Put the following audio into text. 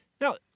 Now